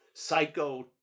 psycho